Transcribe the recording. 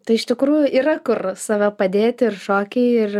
tai iš tikrųjų yra kur save padėti ir šokiai ir